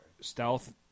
Stealth